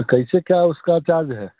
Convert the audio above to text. कैसे क्या उसका चार्ज है